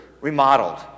Remodeled